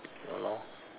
ya lor